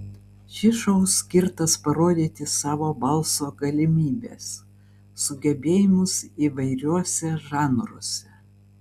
šis šou skirtas parodyti savo balso galimybes sugebėjimus įvairiuose žanruose